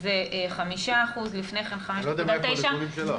זה 5%; לפני כן 5.9%. אני לא יודע מאיפה הנתונים שלך.